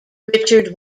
richard